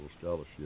scholarship